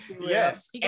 Yes